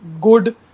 good